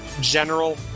General